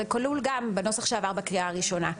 זה כלול גם בנוסח שעבר בקריאה הראשונה.